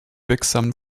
wirksamen